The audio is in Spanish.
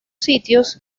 sitios